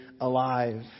alive